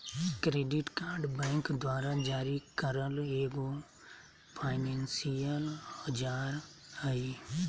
credit card bank द्वारा जारी करल एगो फायनेंसियल औजार हइ